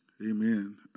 Amen